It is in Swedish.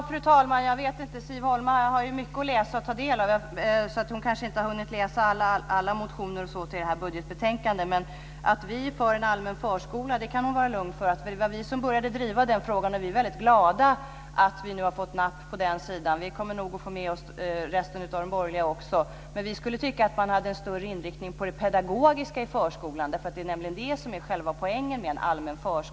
Fru talman! Siv Holma har mycket att läsa och ta del av. Hon kanske inte har hunnit läsa alla motioner till budgetbetänkandet. Men att vi i Folkpartiet är för en allmän förskola kan hon vara lugn för. Det var vi som började driva den frågan. Vi är väldigt glada för att vi nu har börjat få napp på den sidan. Vi kommer nog att få med oss resten av de borgerliga också. Vi tycker att man ska ha en större inriktning på det pedagogiska i förskolan. Det är nämligen själva poängen med allmän förskola.